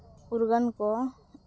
ᱩᱨᱜᱟᱹᱱ ᱠᱚ